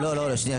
ד"ר נאיל אליאס,